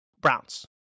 Browns